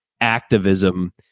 activism